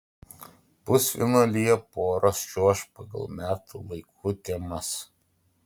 pusfinalyje poros čiuoš pagal metų laikų temas